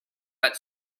but